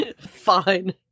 fine